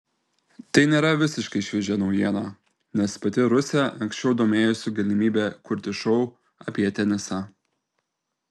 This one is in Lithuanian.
tai nėra visiškai šviežia naujiena nes pati rusė anksčiau domėjosi galimybe kurti šou apie tenisą